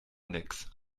nix